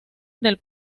del